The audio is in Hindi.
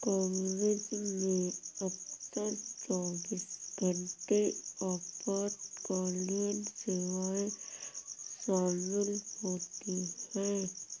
कवरेज में अक्सर चौबीस घंटे आपातकालीन सेवाएं शामिल होती हैं